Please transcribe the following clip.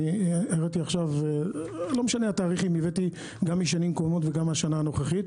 הבאתי דוחות גם משנים קודמות וגם מהשנה הנוכחית,